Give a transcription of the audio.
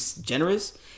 generous